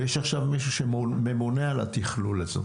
ויש עכשיו מישהו שממונה על התכלול הזה.